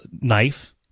knife